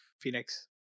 Phoenix